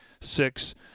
six